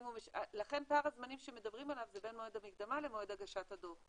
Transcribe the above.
לכן פער הזמנים שמדברים עליו זה בין מועד המקדמה למועד הגשת הדוח,